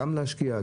גם להשקיע,